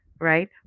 right